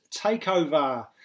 takeover